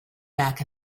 back